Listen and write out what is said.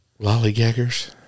Lollygaggers